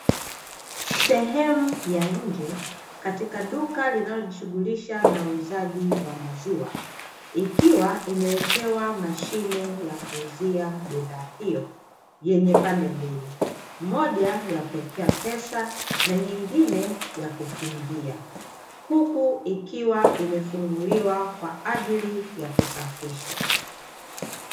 Sehemu ya nje katika duka linalojishughulisha na uuzaji wa maziwa, ikiwa imewekewa mashine ya kuuzia bidhaa hiyo, yenye pande mbili; moja yakuwekea pesa na nyingine ya kukingia, huku ikiwa imefunguliwa kwa ajili ya kusafishwa .